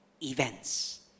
events